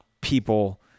people